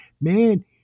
Man